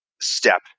step